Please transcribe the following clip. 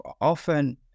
often